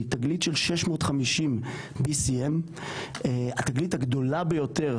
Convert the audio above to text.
היא תגלית BCM650, התגלית הגדולה ביותר